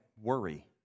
worry